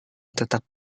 tetap